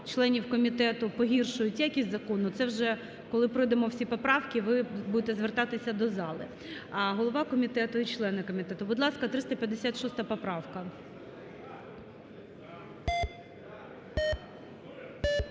членів комітету, погіршують якість закону, це вже, коли пройдемо всі поправки, ви будете звертатися до залу. А голова комітету і члени комітету, будь ласка, 356 поправка.